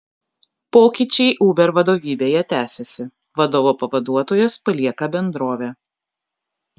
pokyčiai uber vadovybėje tęsiasi vadovo pavaduotojas palieka bendrovę